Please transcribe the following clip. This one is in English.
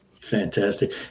Fantastic